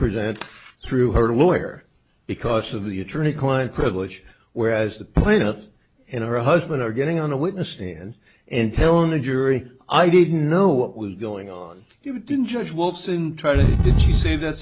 present through her lawyer because of the attorney client privilege where as the plaintiff and her husband are getting on the witness stand and telling the jury i didn't know what was going on you didn't judge will soon try to did she say that